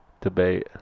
debate